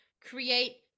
create